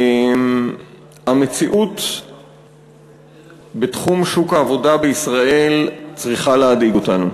המציאות בתחום שוק העבודה בישראל צריכה להדאיג אותנו,